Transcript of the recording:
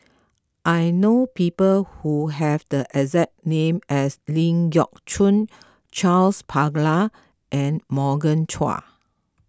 I know people who have the exact name as Ling Geok Choon Charles Paglar and Morgan Chua